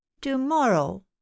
to-morrow